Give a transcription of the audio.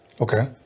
Okay